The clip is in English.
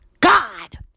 God